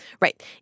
right